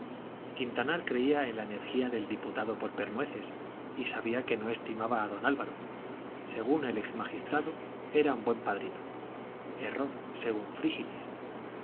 quintanar creía en la energía del diputado por pernueces y sabía que no estimaba a don álvaro según el ex magistrado era un buen padrino error según